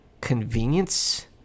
convenience